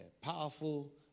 powerful